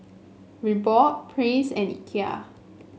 Reebok Praise and Ikea